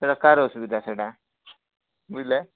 ସେଇଟା କାହାର ଅସୁବିଧା ସେଇଟା